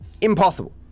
impossible